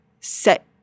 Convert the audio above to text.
set